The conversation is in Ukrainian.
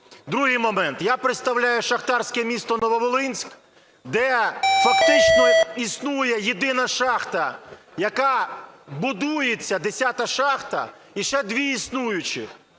Другий момент. Я представляю шахтарське місто Нововолинськ, де фактично існує єдина шахта, яка будується – 10 шахта, і ще дві існуючі.